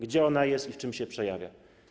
Gdzie ona jest i w czym się przejawia?